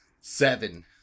Seven